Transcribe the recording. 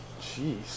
Jeez